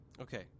Okay